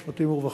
המשפטים והרווחה.